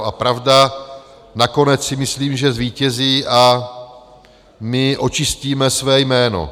A pravda nakonec, si myslím, že zvítězí, a my očistíme své jméno.